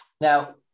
Now